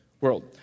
world